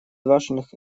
важных